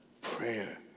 prayer